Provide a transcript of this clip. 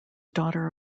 daughter